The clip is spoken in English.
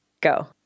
Go